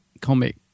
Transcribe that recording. comic